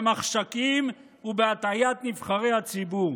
במחשכים ובהטעיית נבחרי הציבור.